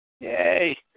Yay